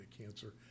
cancer